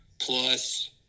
plus